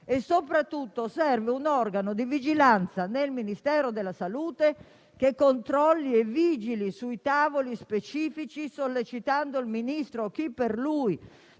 Soprattutto serve un organo di vigilanza nel Ministero della salute, che controlli e vigili sui tavoli specifici, sollecitando il Ministro o chi per lui.